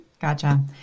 Gotcha